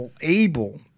able